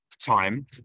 time